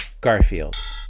Garfield